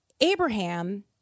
Abraham